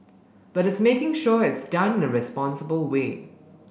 but it's making sure it's done in a responsible way